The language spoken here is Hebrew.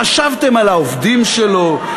חשבתם על העובדים שלו?